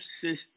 system